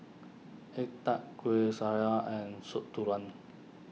Egg Tart Kuih Syara and Soup Tulang